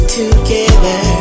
together